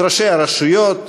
את ראשי הרשויות,